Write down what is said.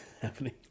happening